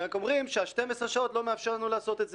רק אומרים שה-12 שעות לא מאפשר לנו לעשות את זה.